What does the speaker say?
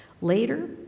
Later